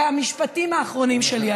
והמשפטים האחרונים שלי, אדוני.